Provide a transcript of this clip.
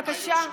בבקשה.